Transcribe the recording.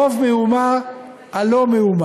רוב מהומה על לא מאומה.